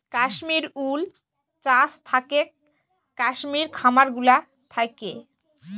Kashmir wool চাস থাকেক কাশ্মির খামার গুলা থাক্যে